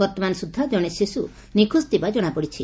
ବର୍ତ୍ତମାନ ସୁଦ୍ଧା ଜଣେ ଶିଶୁ ନିଖୋଜ ଥିବା ଜଣାପଡ଼ିଛି